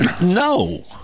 No